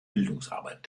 bildungsarbeit